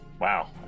Wow